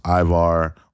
Ivar